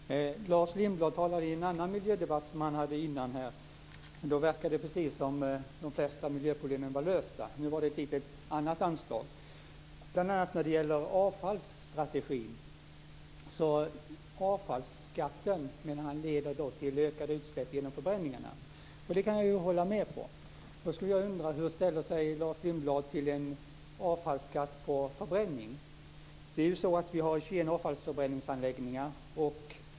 Herr talman! Lars Lindblad talade i en tidigare miljödebatt, och då verkade det som att de flesta miljöproblemen var lösta. Nu var det ett litet annat anslag. När det gäller avfallsstrategin menade Lars Lindblad att avfallsskatten leder till ökade utsläpp genom förbränning, och det kan jag hålla med om. Då undrar jag: Hur ställer sig Lars Lindblad till en avfallsskatt på förbränning? Det finns 21 avfallsförbränningsanläggningar.